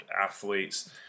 athletes